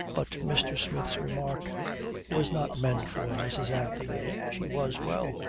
but mr. smith's remark was not meant for mrs. anthony. she was well.